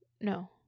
No